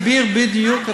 אסביר בדיוק.